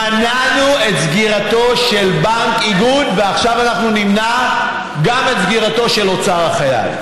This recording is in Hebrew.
מנענו את סגירתו של בנק איגוד ועכשיו נמנע גם את סגירתו של אוצר החייל.